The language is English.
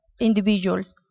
individuals